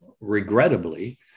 regrettably